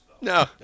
No